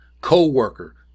co-worker